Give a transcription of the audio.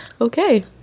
Okay